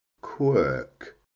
quirk